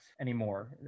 anymore